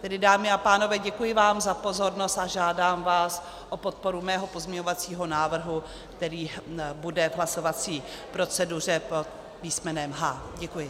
Tedy dámy a pánové, děkuji vám za pozornost a žádám vás o podporu svého pozměňovacího návrhu, který bude v hlasovací proceduře pod písmenem H. Děkuji.